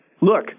look